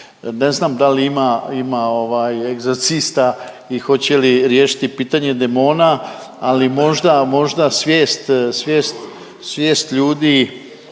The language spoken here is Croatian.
Ne znam da li ima, ima ovaj egzorcista i hoće li riješiti pitanje demona, ali možda, možda